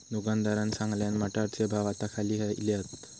दुकानदारान सांगल्यान, मटारचे भाव आता खाली इले हात